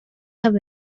have